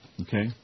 Okay